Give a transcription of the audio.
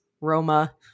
roma